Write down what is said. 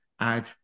add